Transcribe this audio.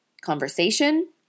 conversation